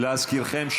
להזכירכם,